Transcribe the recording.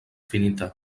finita